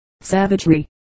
savagery